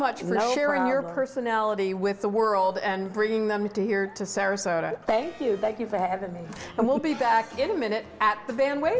your personality with the world and bringing them to here to sarasota thank you thank you for having me and we'll be back in a minute at the van wa